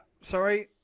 Sorry